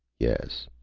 yes.